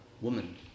woman